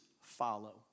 follow